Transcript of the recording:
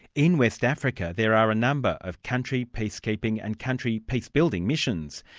in west africa, there are a number of country peacekeeping and country peace-building missions.